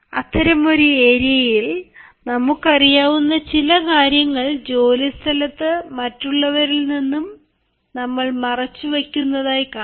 അത്തരമൊരു ഏരിയയിൽ നമുക്കറിയാവുന്ന ചില കാര്യങ്ങൾ ജോലിസ്ഥലത്ത് മറ്റുള്ളവരിൽ നിന്നും നമ്മൾ മറച്ചു വയ്ക്കുന്നതായി കാണാം